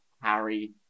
Harry